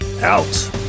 out